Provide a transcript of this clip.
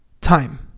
time